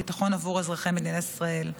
הביטחון עבור אזרחי מדינת ישראל.